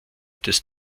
des